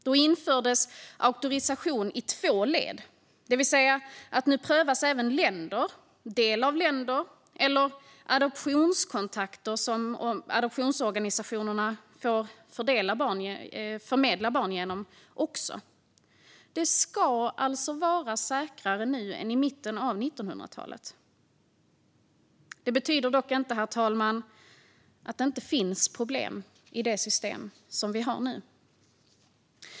Då infördes auktorisation i två led, det vill säga att nu prövas även länder, del av länder eller adoptionskontakter som adoptionsorganisationerna får förmedla barn genom. Det ska alltså vara säkrare nu än i mitten av 1900-talet. Detta betyder dock inte, herr talman, att det inte finns problem i det system som vi har nu.